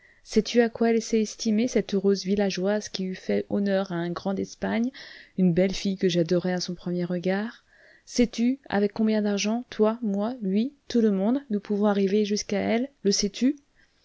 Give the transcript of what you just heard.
sais-tu à quoi elle s'est estimée cette heureuse villageoise qui eût fait honneur à un grand d'espagne une belle fille que j'adorai à son premier regard sais-tu avec combien d'argent toi moi lui tout le monde nous pouvons arriver jusqu'à elle le sais-tu